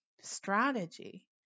strategy